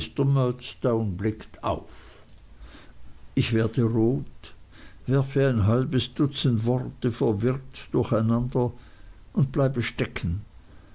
blickt auf ich werde rot werfe ein halbes dutzend worte verwirrt durcheinander und bleibe stecken